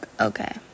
okay